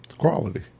quality